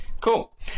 Cool